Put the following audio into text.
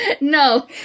No